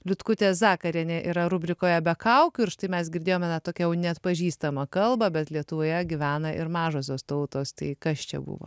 liutkutė zakarienė yra rubrikoje be kaukių ir štai mes girdėjome na tokią jau neatpažįstamą kalbą bet lietuvoje gyvena ir mažosios tautos tai kas čia buvo